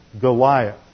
Goliath